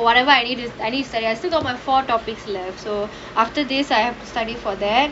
for whatever I need I still got my four topics left so after this I have to study for that